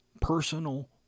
personal